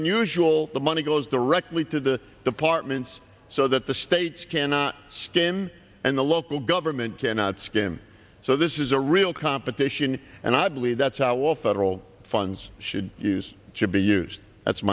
unusual all the money goes directly to the departments so that the states cannot skim and the local government cannot skim so this is a real competition and i believe that's how all federal funds should use should be used that's